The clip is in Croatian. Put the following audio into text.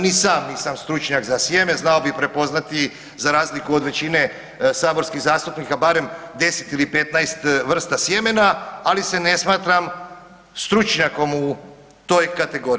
Ni sam nisam stručnjak za sjeme, znao bi prepoznati, za razliku od većine saborskih zastupnika barem 10 ili 15 vrsta sjemena, ali se ne smatram stručnjakom u toj kategoriji.